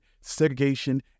segregation